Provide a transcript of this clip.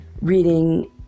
reading